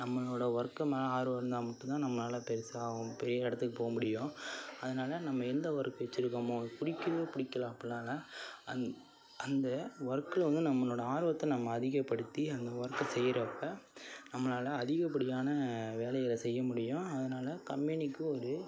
நம்மளோடய ஒர்க்கு மேலே ஆர்வம் இருந்தால் மட்டுந்தான் நம்மளால் பெருசாக பெரிய இடத்துக்கு போக முடியும் அதனால் நம்ம எந்த ஒர்க்கு வச்சிருக்கோமோ பிடிக்குதோ பிடிக்கல அப்படிலாம் இல்லை அந்த வொர்க்கில் வந்து நம்மளோடய ஆர்வத்தை நம்ம அதிகப்படுத்தி அந்த ஒர்க்கை செய்யறப்போ நம்மளால் அதிகப்படியான வேலைகளை செய்ய முடியும் அதனால் கம்பெனிக்கு ஒரு